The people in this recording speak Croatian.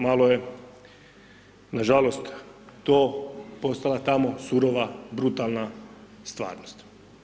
Malo je nažalost, to postala tamo surova brutalna stvarnost.